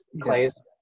Clay's